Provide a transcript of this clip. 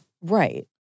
Right